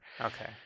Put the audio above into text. Okay